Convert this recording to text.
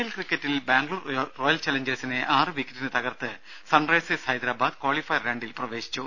L ക്രിക്കറ്റിൽ Bangalore Royal ചലഞ്ചേഴ്സിനെ ആറുവിക്കറ്റിന് തകർത്ത് സൺറൈസേഴ്സ് ഹൈദരാബാദ് ക്വാളിഫയർ രണ്ടിൽ പ്രവേശിച്ചു